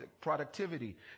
productivity